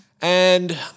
And-